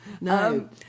no